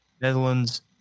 Netherlands